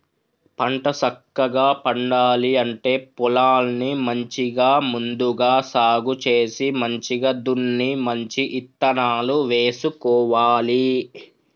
పంట సక్కగా పండాలి అంటే పొలాన్ని మంచిగా ముందుగా సాగు చేసి మంచిగ దున్ని మంచి ఇత్తనాలు వేసుకోవాలి